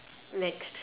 next